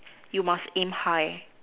you must aim high